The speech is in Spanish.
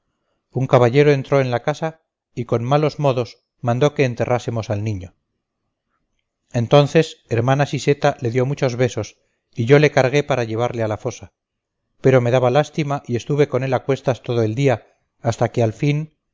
un caballero entró en la casa y con malos modos mandó que enterrásemos al niño entonces hermana siseta le dio muchos besos y yo le cargué para llevarle a la fosa pero me daba lástima y estuve con él a cuestas todo el día hasta que al fin